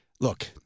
look